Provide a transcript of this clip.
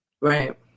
Right